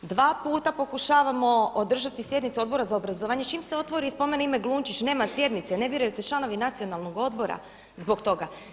Dva puta pokušavamo održati sjednicu Odbora za obrazovanje, čim se otvori i spominje ime Glunčić, nema sjednice, ne biraju se članovi nacionalnog odbora zbog toga.